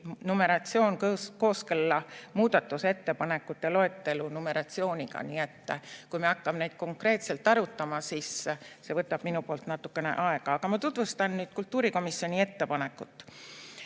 numeratsioon kooskõlla muudatusettepanekute loetelu numeratsiooniga. Kui me hakkame neid konkreetselt arutama, siis see võtab natukene aega. Aga ma tutvustan nüüd kultuurikomisjoni ettepanekut.